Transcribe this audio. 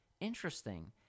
Interesting